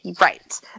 Right